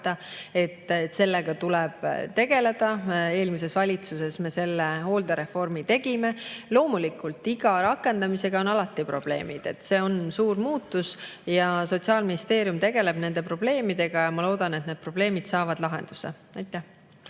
ära võtta, tuleb tegeleda. Eelmises valitsuses me selle hooldereformi tegime. Loomulikult, iga rakendamisega on alati probleeme. See on suur muutus. Aga Sotsiaalministeerium tegeleb nende probleemidega ja ma loodan, et need probleemid saavad lahenduse.